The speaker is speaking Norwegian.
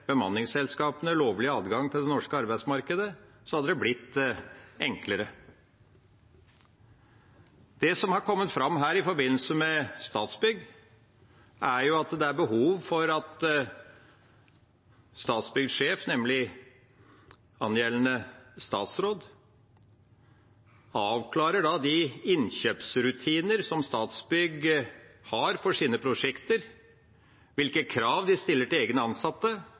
bemanningsselskapene lovlig adgang til det norske arbeidsmarkedet, hadde det vært enklere. Det som har kommet fram her i forbindelse med Statsbygg, er at det er behov for at Statsbyggs sjef, nemlig angjeldende statsråd, avklarer de innkjøpsrutinene som Statsbygg har for sine prosjekter, hvilke krav de stiller til egne ansatte